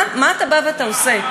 מה אתה עושה?